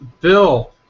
Bill